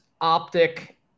Optic